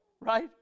Right